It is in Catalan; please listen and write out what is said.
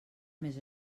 més